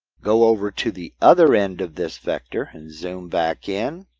go over to the other end of this vector and zoom back in.